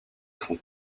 son